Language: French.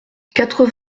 quatre